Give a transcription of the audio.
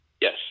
yes